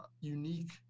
unique